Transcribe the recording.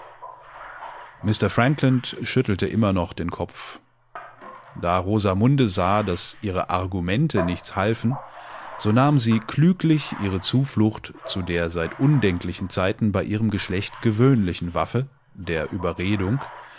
frankland schüttelte immer noch den kopf da rosamunde sah daß ihre argumente nichts halfen so nahm sie klüglich ihre zuflucht zu der seit undenklichen zeiten bei ihrem geschlecht gewöhnlichen waffe der überredung